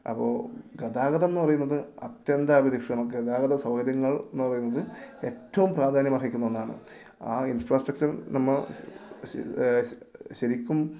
അപ്പോൾ ഗതാഗതം എന്ന് പറയുന്നത് അത്യന്താപേക്ഷിതമാണ് ഗതാഗത സൗകര്യങ്ങൾ എന്ന് പറയുന്നത് ഏറ്റവും പ്രാധാന്യമർഹിക്കുന്ന ഒന്നാണ് ആ ഇൻഫ്രാസ്ട്രക്ച്ചർ നമ്മൾ ശരിക്കും